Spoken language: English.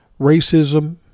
Racism